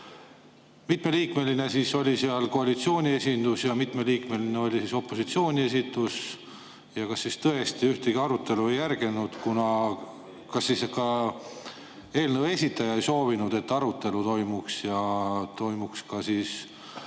mitmeliikmeline oli seal koalitsiooni esindus ja mitmeliikmeline oli opositsiooni esindus ja kas siis tõesti arutelu ei järgnenud. Kas ka eelnõu esitaja ei soovinud, et arutelu toimuks ja toimuks ka